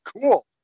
Cool